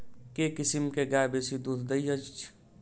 केँ किसिम केँ गाय बेसी दुध दइ अछि?